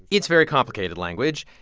it's very complicated language.